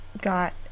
got